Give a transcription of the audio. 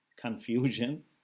confusion